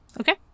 Okay